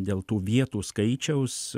dėl tų vietų skaičiaus